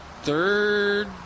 third